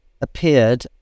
appeared